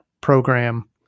Program